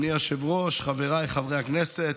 אדוני היושב-ראש, חבריי חברי הכנסת,